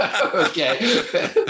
okay